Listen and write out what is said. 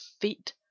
feet